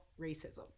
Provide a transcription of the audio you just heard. racism